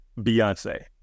Beyonce